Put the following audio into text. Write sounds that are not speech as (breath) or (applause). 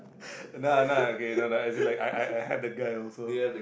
(breath) no no okay as in like I I have the guy also